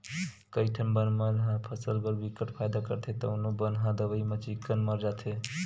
कइठन बन ह फसल बर बिकट फायदा करथे तउनो बन ह दवई म चिक्कन मर जाथे